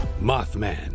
Mothman